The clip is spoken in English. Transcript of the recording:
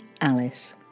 Alice